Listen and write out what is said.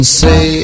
say